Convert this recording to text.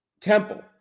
Temple